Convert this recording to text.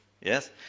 Yes